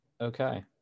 okay